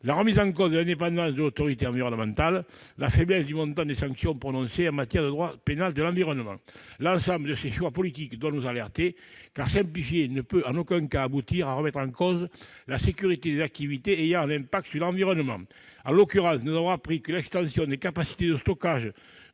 la remise en cause de l'indépendance de l'autorité environnementale et à la faiblesse du montant des sanctions prononcées en matière de droit pénal de l'environnement. L'ensemble de ces choix politiques doit nous alerter, car simplifier ne peut en aucun cas aboutir à remettre en cause la sécurité des activités ayant un impact sur l'environnement. En l'occurrence, nous avons appris que l'extension des capacités de stockage